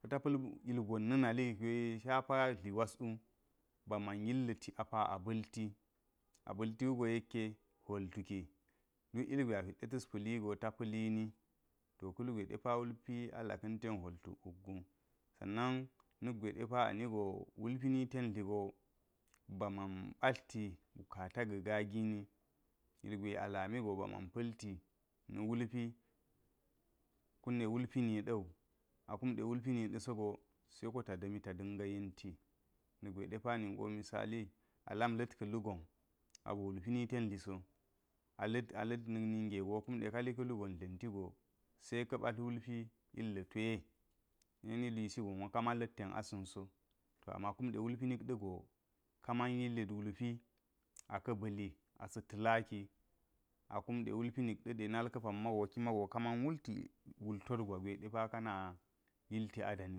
Ko ta pa̱l ilgon na̱ nali gwe shapa dli gwaswu, ba man yilla̱ ti a ba̱lti a ba̱ltiwugo yekke hwol tuki duka ilgwe a hwit ɗe tas pa̱li go ta pa̱li ni. To ka̱ ilgwe depa wuloi alaka̱n ten hwol tuk wuggu. Sannan niggwe depa anigo wulpi ni ten dligo ba man batli bukata ga̱ gaagini ilgwe alami go ba man pa̱lti na̱ wulpi kumɗe wulpi ni da̱wu akume wulpi ni ɗa sogo se ko te da̱mi ta da̱nga yenti niggwe depa ningo misali a lam la̱k ka̱lugon, aba wulpi ni te dliso, ala̱d la̱d na̱k ninge go kume kali ka̱ gon dlentigo se ka batt wulpi illi tewe, eni iwisi gon wo ka man lit ten asa̱nso to ama kume wulpi nik ɗago kaman yilla̱d wulpi aka̱ ba̱li asa̱ ta̱laki a kumɗe wulpi nik ɗa de nalka pamma go kaman wulti wul tot gwa gwe depa kana yilti a dami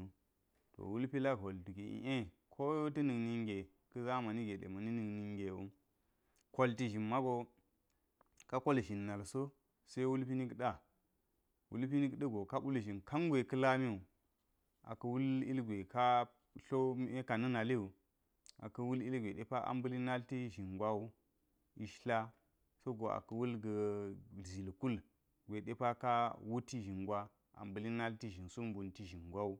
wu. To wulpi lak hwoltu i’e ko ta̱ nik ninge, ka zamani de ma̱ nan ɗa nik ninge wu kolti zhin mago ka kol zhin nalbo se wulpi nik ɗa. Wulpi nik ɗago ka mbul zhin kangwe ka lami wu aka wul ilgwe ka tlo meka na̱ naliwu a ka̱ wul ilgwe de a mba̱li nal ti zhin gwa wu ishtla sogo apa ka wulga̱ zil kul gwe ɗepa ka wuti zhin gwa a mba̱li nalti zhin suk mbunti zhin gwawu.